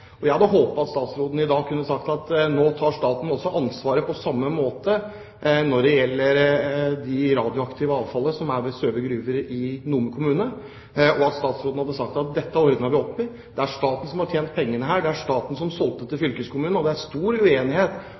hadde jeg håpet at statsråden i dag kunne ha sagt at nå tar staten også ansvaret på samme måten når det gjelder det radioaktive avfallet ved Søve gruver i Nome kommune, sagt at dette ordner vi opp i. Det er staten som har tjent pengene her, det er staten som solgte til fylkeskommunen – og det er stor uenighet